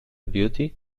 beauty